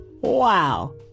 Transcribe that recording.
Wow